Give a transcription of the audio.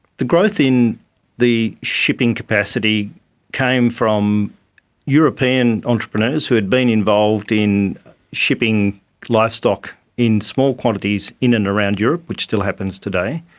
the growth in the shipping capacity came from european entrepreneurs who had been involved in shipping livestock in small quantities in and around europe, which still happens today,